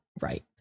right